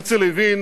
הרצל הבין